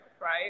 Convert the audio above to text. right